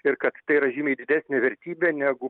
ir kad tai yra žymiai didesnė vertybė negu